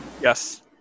yes